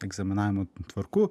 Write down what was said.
egzaminavimo tvarkų